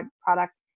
product